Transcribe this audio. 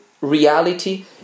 reality